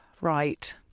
Right